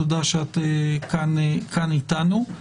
תודה שאת כאן איתנו.